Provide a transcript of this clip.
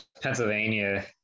Pennsylvania